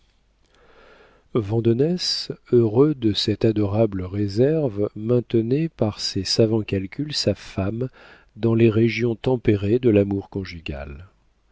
flammes vandenesse heureux de cette adorable réserve maintenait par ses savants calculs sa femme dans les régions tempérées de l'amour conjugal